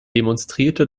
demonstrierte